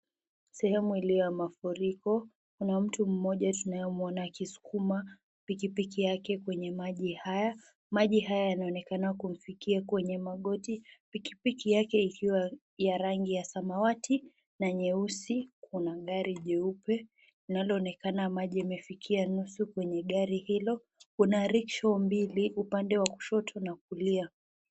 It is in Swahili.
Sehemu iliyo ya mafuriko, kuna mtu mmoja tunayemuona akisukuma pikipiki yake kwenye maji haya. Maji haya yanaonekana kumfikia kwenye magoti. Pikipiki yake ikiwa ya rangi ya samawati na nyeusi, kuna gari jeupe linaloonekana maji yamefikia nusu kwenye gari hilo, kuna riksho mbili upande wa kushoto na kulia.